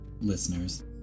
listeners